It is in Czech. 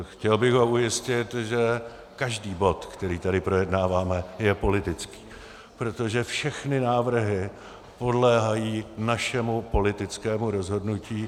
Chtěl bych ho ujistit, že každý bod, který tady projednáváme, je politický, protože všechny návrhy podléhají našemu politickému rozhodnutí.